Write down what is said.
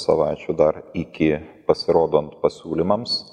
savaičių dar iki pasirodant pasiūlymams